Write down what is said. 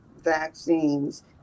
vaccines